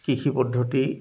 কৃষি পদ্ধতি